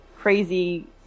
crazy